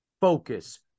focus